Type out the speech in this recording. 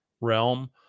realm